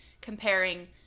comparing